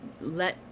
let